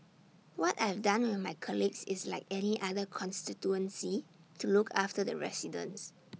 what I've done with my colleagues is like any other constituency to look after the residents